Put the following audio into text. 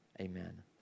Amen